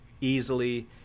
easily